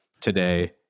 today